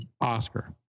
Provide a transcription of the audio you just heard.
Oscar